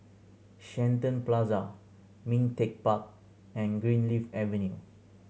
Shenton Plaza Ming Teck Park and Greenleaf Avenue